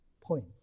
point